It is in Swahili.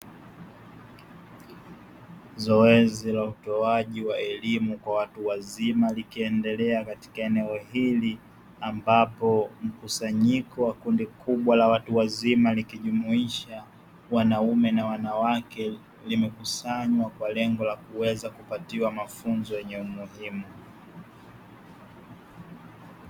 Zoezi la utoaji wa elimu kwa watu wazima likiendelea katika eneo hili, ambapo mkusanyiko wa kundi kubwa la watu wazima likijumuisha wanaume na wanawake, limekusanywa kwa lengo la kuweza kupatiwa mafunzo yenye umuhimu